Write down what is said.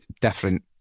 different